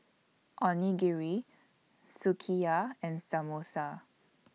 Onigiri Sukiyaki and Samosa